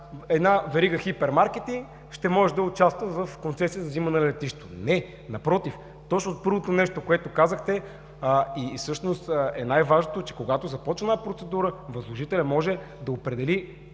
една верига хипермаркети ще може да участва в концесия за взимане на летище. Не, напротив, точно първото нещо, което казахте и всъщност е най-важното, е, че когато започва процедура, възложителят може да определи